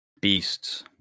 Beasts